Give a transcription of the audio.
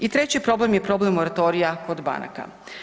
I treći problem je problem moratorija kod banaka.